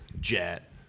jet